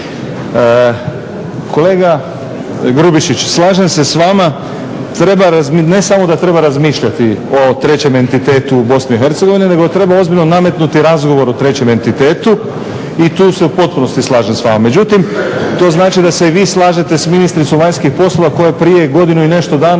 Kolega Grubišić, slažem se s vama treba, ne samo da treba razmišljati o trećem entitetu u Bosni i Hercegovini nego treba ozbiljno nametnuti razgovor o trećem entitetu i tu se u potpunosti slažem s vama. Međutim, to znači da se i vi slažete sa ministricom vanjskih poslova koja je prije godinu i nešto dana